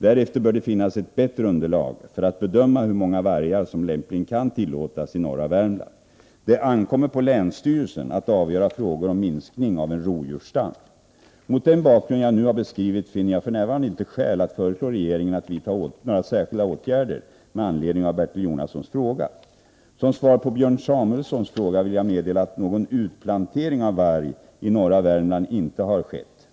Därefter bör det finnas ett bättre underlag för att bedöma hur många vargar som lämpligen kan tillåtas i norra Värmland. Det ankommer på länsstyrelsen att avgöra frågor om minskning av en rovdjursstam. Mot den bakgrund jag nu har beskrivit finner jag inte f. n. skäl att föreslå regeringen att vidta några särskilda åtgärder med anledning av Bertil Jonassons fråga. Som svar på Björn Samuelsons fråga vill jag meddela att någon utplantering av varg i norra Värmland inte har skett.